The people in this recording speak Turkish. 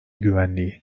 güvenliği